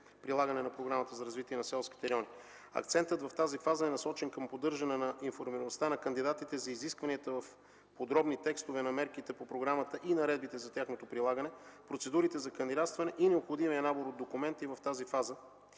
прилагане на Програмата за развитие на селските райони. Акцентът в тази фаза е насочен към поддържане на информираността на кандидатите за изискванията в подробни текстове на мерките по програмата и наредбите за тяхното прилагане, процедурите за кандидатстване и необходимия набор от документи в тази фаза.